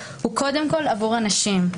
הוא קודם כל עבור הנשים,